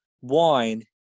wine